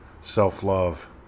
self-love